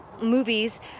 movies